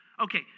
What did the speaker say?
Okay